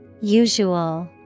Usual